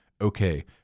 okay